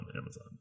Amazon